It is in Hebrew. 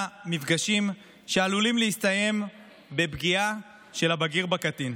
מפגשים שעלולים להסתיים בפגיעה של הבגיר בקטין.